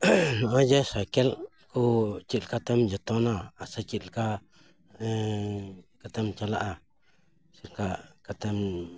ᱱᱚᱜᱼᱚᱭ ᱡᱮ ᱥᱟᱭᱠᱮᱞ ᱠᱚ ᱪᱮᱫ ᱠᱟᱛᱮᱢ ᱡᱚᱛᱚᱱᱟ ᱥᱮ ᱪᱮᱫ ᱞᱮᱠᱟ ᱪᱮᱠᱟᱛᱮᱢ ᱪᱟᱞᱟᱜᱼᱟ ᱪᱮᱫ ᱞᱮᱠᱟ ᱠᱟᱛᱮᱢ